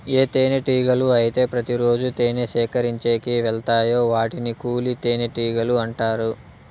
ఏ తేనెటీగలు అయితే ప్రతి రోజు తేనె సేకరించేకి వెలతాయో వాటిని కూలి తేనెటీగలు అంటారు